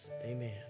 Amen